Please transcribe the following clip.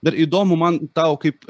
dar įdomu man tau kaip